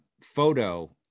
photo